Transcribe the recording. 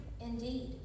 indeed